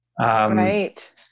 Right